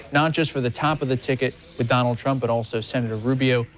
not just for the top of the ticket of donald trump, but also senator rubio,